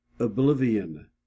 Oblivion